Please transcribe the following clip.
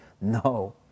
no